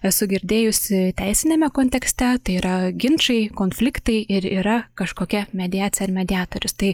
esu girdėjusi teisiniame kontekste tai yra ginčai konfliktai ir yra kažkokia mediacija ar mediatorius tai